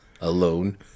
alone